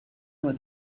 with